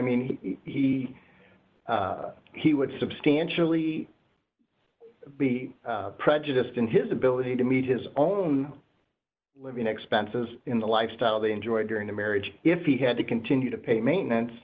mean he he would substantially be prejudiced in his ability to meet his own living expenses in the lifestyle they enjoyed during the marriage if he had to continue to pay maintenance